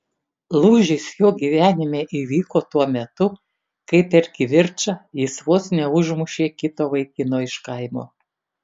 lūžis jo gyvenime įvyko tuo metu kai per kivirčą jis vos neužmušė kito vaikino iš kaimo